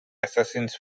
assassins